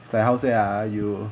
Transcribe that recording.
it's like how say ah you